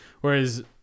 whereas